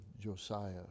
Josiah